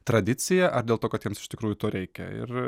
tradicija ar dėl to kad jiems iš tikrųjų to reikia ir